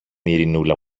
ειρηνούλα